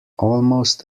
almost